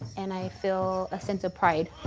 and i feel a sense of pride.